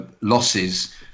losses